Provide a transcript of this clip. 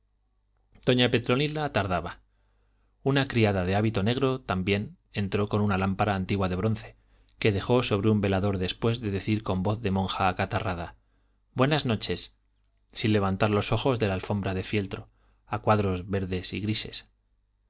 doña petronila tardaba una criada de hábito negro también entró con una lámpara antigua de bronce que dejó sobre un velador después de decir con voz de monja acatarrada buenas noches sin levantar los ojos de la alfombra de fieltro a cuadros verdes y grises